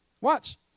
Watch